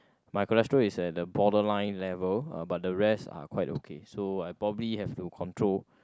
my cholesterol is at the borderline level but the rest are quite okay so I probably have to control